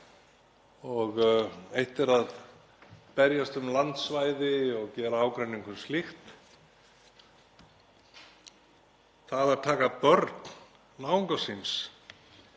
Eitt er að berjast um landsvæði og gera ágreining um slíkt. Það að taka börn náunga síns,